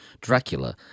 Dracula